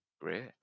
Great